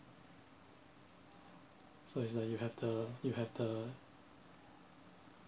so it's like you have the you have the